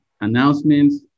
announcements